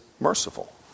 merciful